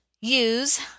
use